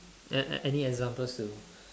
an~ an~ any examples to